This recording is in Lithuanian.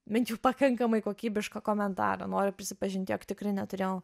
bent jau pakankamai kokybišką komentarą noriu prisipažinti jog tikrai neturėjau